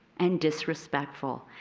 and disrespectful.